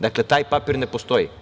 Dakle, taj papir ne postoji.